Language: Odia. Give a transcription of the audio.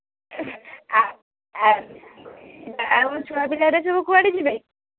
ଆଉ ଆଉ ଆଉ ଛୁଆପିଲା ଗୁଡ଼ା ସବୁ କୁଆଡ଼େ ଯିବେ